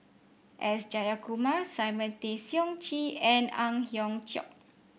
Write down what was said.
S Jayakumar Simon Tay Seong Chee and Ang Hiong Chiok